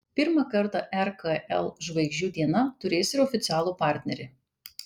pirmą kartą rkl žvaigždžių diena turės ir oficialų partnerį